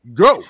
go